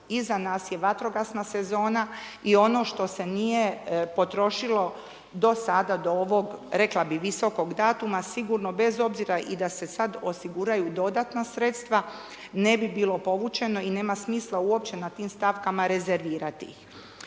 iza nas je vatrogasna sezona i ono što se nije potrošilo do sada do ovog rekla bi visokog datuma sigurno bez obzira i da se sad osiguraju dodatna sredstva ne bi bilo povučeno i nema smisla uopće na tim stavkama rezervirati ih.